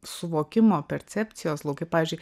suvokimo percepcijos laukai pavyzdžiui